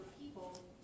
people